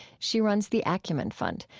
she runs the acumen fund,